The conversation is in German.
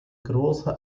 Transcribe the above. großer